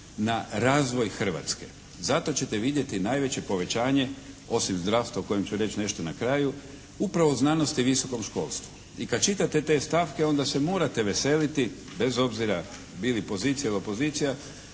na razvoj Hrvatske. Zato ćete vidjeti najveće povećanje osim zdravstva o kojem ću reći nešto na kraju upravo u znanosti i visokom školstvu. I kad čitate te stavke onda se morate veseliti bez obzira bili pozicija ili opozicija